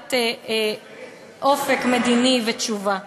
והבהרת אופק מדיני ותשובה.